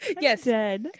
Yes